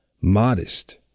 modest